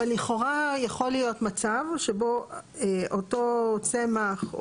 אבל לכאורה יכול להיות מצב שבו אותו צמח,